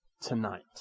tonight